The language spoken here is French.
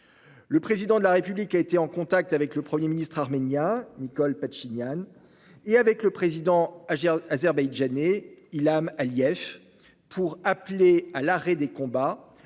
Le Président de la République a été en contact avec le premier ministre arménien, Nikol Pachinian, et avec le président azerbaïdjanais, Ilham Aliyev, et a appelé à l'arrêt des combats,